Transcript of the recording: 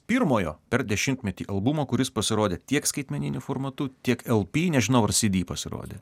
pirmojo per dešimtmetį albumo kuris pasirodė tiek skaitmeniniu formatu tiek lp nežinau ar cd pasirodė